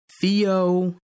Theo